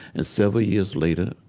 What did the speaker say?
and several years later,